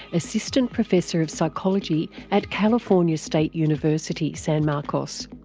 assistant professor of psychology at california state university, san marcos.